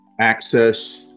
access